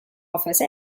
office